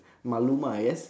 maluma yes